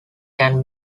can